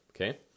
okay